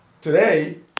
today